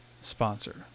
sponsor